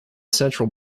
central